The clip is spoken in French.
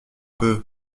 peu